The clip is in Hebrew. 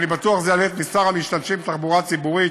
אני בטוח שזה יעלה את מספר המשתמשים בתחבורה ציבורית,